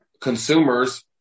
consumers